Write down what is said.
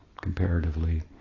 comparatively